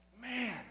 Man